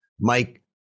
Mike